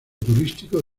turístico